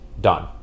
Done